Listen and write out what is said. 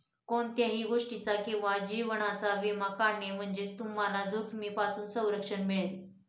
कोणत्याही गोष्टीचा किंवा जीवनाचा विमा काढणे म्हणजे तुम्हाला जोखमीपासून संरक्षण मिळेल